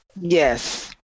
Yes